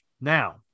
now